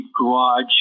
garage